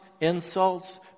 insults